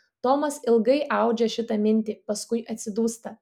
tomas ilgai audžia šitą mintį paskui atsidūsta